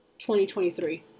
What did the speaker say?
2023